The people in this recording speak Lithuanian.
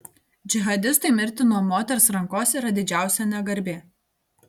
džihadistui mirti nuo moters rankos yra didžiausia negarbė